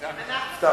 הבטחת?